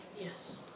Yes